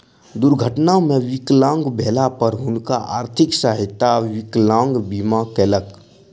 दुर्घटना मे विकलांग भेला पर हुनकर आर्थिक सहायता विकलांग बीमा केलक